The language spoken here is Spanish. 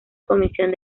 comisión